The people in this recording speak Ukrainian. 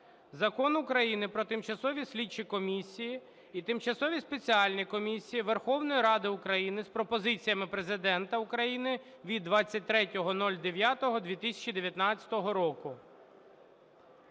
Закон України "Про тимчасові слідчі комісії і тимчасові спеціальні комісії Верховної Ради України" з пропозиціями Президента України від 23.09.2019 року.